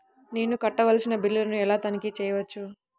నేను కట్టవలసిన బిల్లులను ఎలా తనిఖీ చెయ్యవచ్చు?